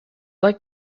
like